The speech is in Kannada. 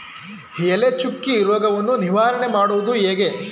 ಎಲೆ ಚುಕ್ಕಿ ರೋಗವನ್ನು ನಿವಾರಣೆ ಮಾಡುವುದು ಹೇಗೆ?